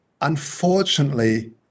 unfortunately